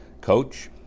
coach